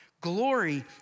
glory